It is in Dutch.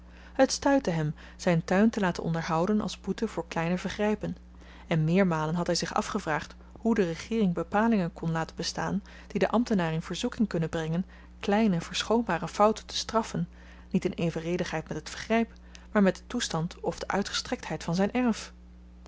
het stuitte hem zyn tuin te laten onderhouden als boete voor kleine vergrypen en meermalen had hy zich afgevraagd hoe de regeering bepalingen kon laten bestaan die den ambtenaar in verzoeking kunnen brengen kleine verschoonbare fouten te straffen niet in evenredigheid met het vergryp maar met den toestand of de uitgestrektheid van zyn erf